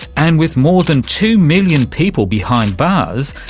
and with more than two million people behind bars,